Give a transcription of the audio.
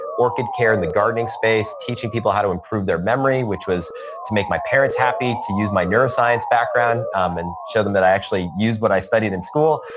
orchid care, in the gardening space, teaching people how to improve their memory, which was to make my parents happy to use my neuroscience background um and show them that i actually use what i studied in school,